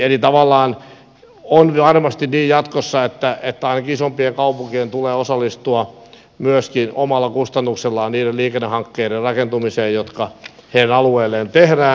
eli tavallaan on varmasti niin jatkossa että ainakin isompien kaupunkien tulee osallistua myöskin omalla kustannuksellaan niiden liikennehankkeiden rakentamiseen jotka niiden alueelle tehdään